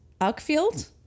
Uckfield